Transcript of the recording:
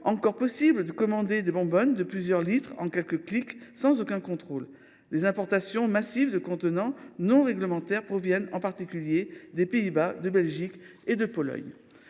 aujourd’hui de commander des bonbonnes de plusieurs litres en quelques clics, sans aucun contrôle. Les importations massives de contenants non réglementaires se font en particulier en provenance des Pays Bas, de Belgique et de Pologne.